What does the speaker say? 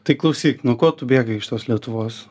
tai klausyk nuo ko tu bėgai iš tos lietuvos